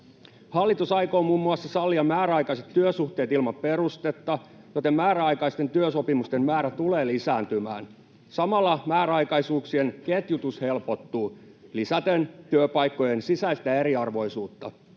Hallitus aikoo muun muassa sallia määräaikaiset työsuhteet ilman perustetta, joten määräaikaisten työsopimusten määrä tulee lisääntymään. Samalla määräaikaisuuksien ketjutus helpottuu lisäten työpaikkojen sisäistä eriarvoisuutta.